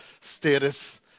status